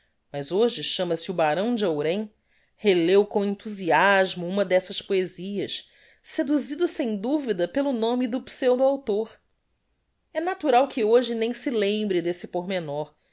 mas hoje chama-se o barão de ourem releu com enthusiasmo uma dessas poesias seduzido sem duvida pelo nome do pseudo author é natural que hoje nem se lembre desse pormenor